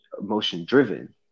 emotion-driven